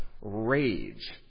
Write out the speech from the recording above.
rage